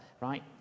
right